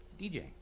DJ